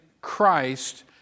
Christ